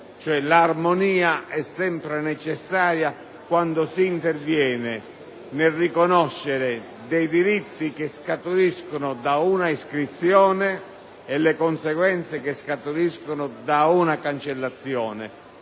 l'armonia è sempre necessaria quando si interviene nel riconoscere dei diritti che scaturiscono da una iscrizione e le conseguenze che scaturiscono da una cancellazione.